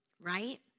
right